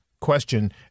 question